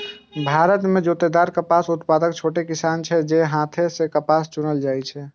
भारत मे जादेतर कपास उत्पादक छोट किसान छै, तें हाथे सं कपास चुनल जाइ छै